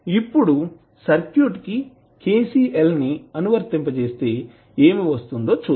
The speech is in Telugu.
ఇప్పుడు సర్క్యూట్ కి KCL ని అనువర్తిoపజేస్తే ఏమి వస్తుందో చూద్దాం